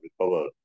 recover